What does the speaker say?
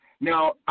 Now